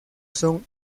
son